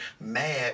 mad